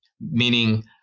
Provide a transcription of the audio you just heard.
meaning